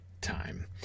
time